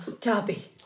Darby